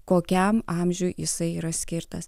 kokiam amžiui jisai yra skirtas